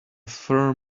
fur